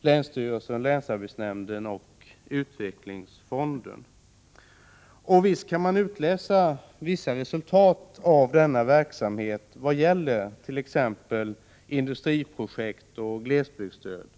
länsstyrelsen, länsarbetsnämnden och utvecklingsfonden. Visst kan man avläsa vissa resultat av denna verksamhet vad gäller exempelvis industriprojekt och glesbygdsstöd.